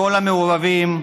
לכל המעורבים: